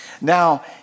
Now